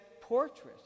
portrait